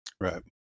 Right